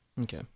Okay